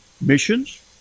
missions